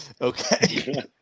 okay